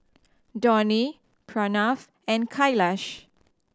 Dhoni Pranav and Kailash